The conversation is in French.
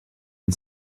une